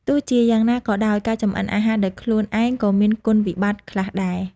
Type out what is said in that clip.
ទោះជាយ៉ាងណាក៏ដោយ ការចម្អិនអាហារដោយខ្លួនឯងក៏មាន គុណវិបត្តិ ខ្លះដែរ។